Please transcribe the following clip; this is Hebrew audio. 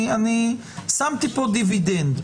שמתי כאן דיבידנד.